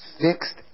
fixed